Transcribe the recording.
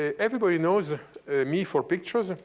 ah everybody knows me for pictures. and